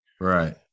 Right